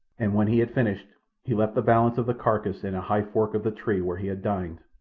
and when he had finished he left the balance of the carcass in a high fork of the tree where he had dined,